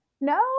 no